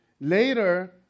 Later